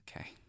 Okay